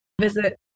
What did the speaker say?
visit